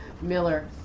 Miller